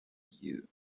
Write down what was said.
you